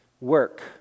work